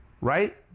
Right